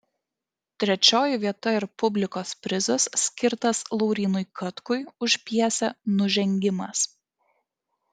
trečioji vieta ir publikos prizas skirtas laurynui katkui už pjesę nužengimas